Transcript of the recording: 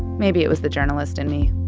maybe it was the journalist in me.